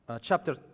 chapter